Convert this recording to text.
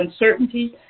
uncertainty